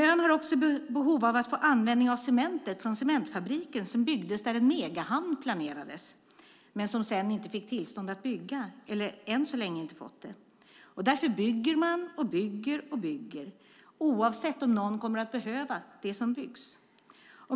Ön har också behov av att få användning för cementen från cementfabriken som byggdes där en megahamn planerades, men den fick man sedan inte tillstånd att bygga, eller man har inte fått det än så länge. Därför bygger och bygger man oavsett om någon kommer att behöva det som byggs.